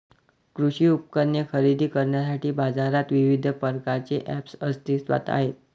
कृषी उपकरणे खरेदी करण्यासाठी बाजारात विविध प्रकारचे ऐप्स अस्तित्त्वात आहेत